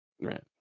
Right